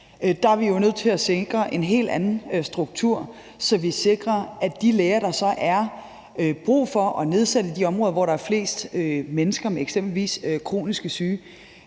Der er vi jo nødt til at sikre en helt anden struktur, så vi sikrer de læger, der er brug for at få nedsat i de områder, hvor der er flest mennesker med eksempelvis kroniske sygdomme;